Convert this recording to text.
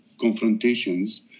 confrontations